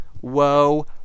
whoa